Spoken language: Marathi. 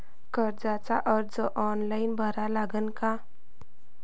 कर्जाचा अर्ज ऑनलाईन भरा लागन का?